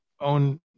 own